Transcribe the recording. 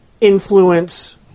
influence